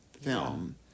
film